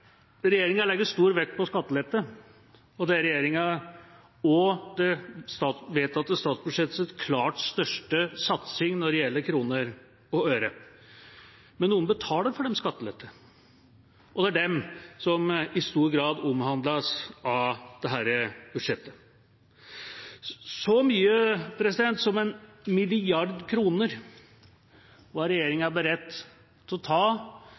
regjeringa legger stor vekt på skattelette, og det er regjeringa og det vedtatte statsbudsjettets klart største satsing når det gjelder kroner og øre. Men noen betaler for de skattelettene, og det er dem dette budsjettet i stor grad omhandler. Så mye som 1 mrd. kr var regjeringa beredt til å ta